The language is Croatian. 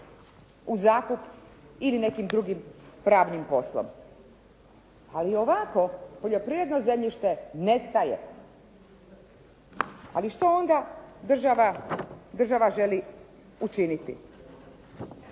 u zakup ili nekim drugim pravnim poslom. Ali ovako poljoprivredno zemljište nestaje. Ali što onda država želi učiniti?